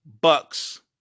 Bucks